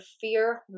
fear